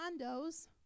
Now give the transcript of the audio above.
condos